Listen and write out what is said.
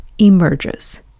emerges